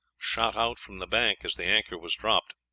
shot out from the bank as the anchor was dropped.